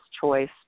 choice